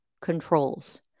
controls